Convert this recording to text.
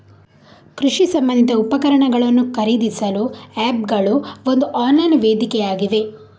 ಕೃಷಿ ಸಂಬಂಧಿತ ಉಪಕರಣಗಳನ್ನು ಖರೀದಿಸಲು ಆಪ್ ಗಳು ಒಂದು ಆನ್ಲೈನ್ ವೇದಿಕೆಯಾಗಿವೆ